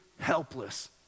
helpless